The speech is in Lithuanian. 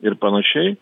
ir panašiai